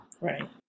Right